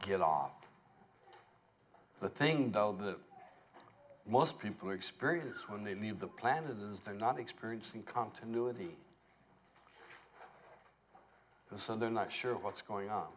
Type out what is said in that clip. get off the thing though that most people experience when they leave the planet is they're not experiencing continuity and so they're not sure what's going on